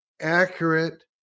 accurate